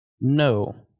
no